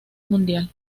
mundial